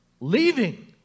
leaving